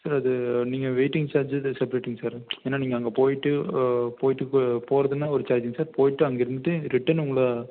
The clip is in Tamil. சார் அது நீங்கள் வெய்ட்டிங் சார்ஜஸ் இது செப்ரேட்டிங் சார் ஏன்னா நீங்கள் அங்கே போய்விட்டு போய்விட்டு போகறதுனா ஒரு சார்ஜிங் சார் போய்விட்டு அங்கே இருந்துகிட்டு ரிட்டர்ன் உங்களை